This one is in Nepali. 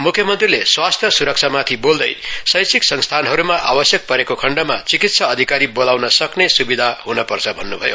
मुख्यमन्त्रीले स्वास्थ्य सुरक्षामाथि बोल्दै शैक्षिक संस्थानहरूमा आवश्यक परेक खण्डमा चिकित्सा अधिकारी बोलाउन सक्ने सुविधा हुनुपर्छ भन्नु भयो